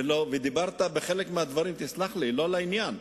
ועל חלק מהדברים דיברת, תסלח לי, לא לעניין.